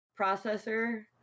processor